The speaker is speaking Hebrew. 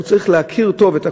הוא צריך להכיר טוב את הכול.